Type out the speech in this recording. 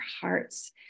hearts